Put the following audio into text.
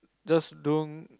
just don't